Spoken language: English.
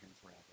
forever